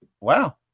wow